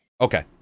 Okay